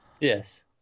Yes